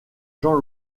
jean